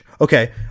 okay